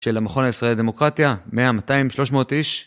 של המכון הישראלי לדמוקרטיה, 100, 200, 300 איש.